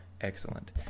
excellent